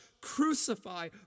crucify